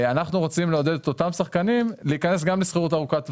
אנחנו רוצים לעודד את אותם שחקנים להיכנס גם לשכירות ארוכת טווח.